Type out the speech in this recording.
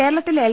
കേരളത്തിൽ എൽ